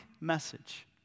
message